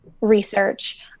research